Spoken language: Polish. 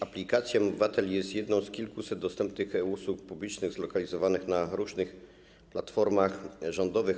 Aplikacja mObywatel jest jedną z kilkuset dostępnych e-usług publicznych zlokalizowanych na różnych platformach rządowych.